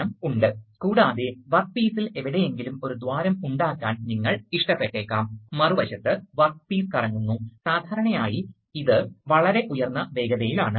അതിനാൽ നമുക്ക് ഒരു പ്രത്യേക തരം വാൽവ് ഉണ്ട് ഇതിനെ ദ്രുത എക്സ്ഹോസ്റ്റ് വാൽവ് എന്ന് വിളിക്കുന്നു ഇത് ആവശ്യമാണ് കാരണം നിങ്ങൾ ഇത് ഉപയോഗിക്കുന്നില്ലെങ്കിൽ ന്യൂമാറ്റിക്സിൽ റിട്ടേൺ ലൈൻ ഉണ്ടാവില്ല അതിനാൽ വായു സാധാരണയായി അന്തരീക്ഷത്തിലേക്ക് തള്ളുന്നു